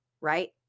right